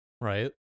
right